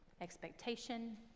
expectation